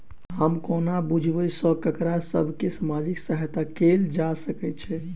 हम कोना बुझबै सँ ककरा सभ केँ सामाजिक सहायता कैल जा सकैत छै?